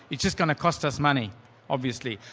it's just going to cost us money obviously.